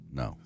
no